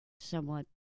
somewhat